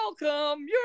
welcome